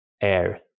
air